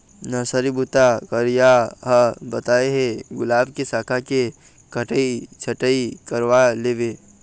nursery बूता करइया ह बताय हे गुलाब के साखा के कटई छटई करवा लेबे